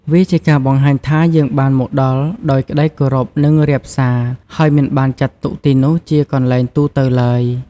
វាជាការបង្ហាញថា យើងបានមកដល់ដោយក្តីគោរព និងរាបសា ហើយមិនបានចាត់ទុកទីនោះជាកន្លែងទូទៅឡើយ។